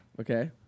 Okay